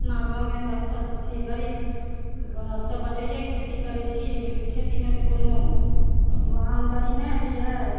अपना गाम के हम सब तऽ छी गरीब हमसब बटैये खेती करै छी लेकिन खेती मे तऽ कोनो आमदनी नहि होइया